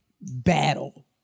battle